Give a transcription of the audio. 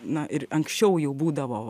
na ir anksčiau jau būdavo